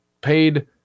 paid